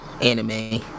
anime